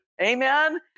Amen